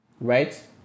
right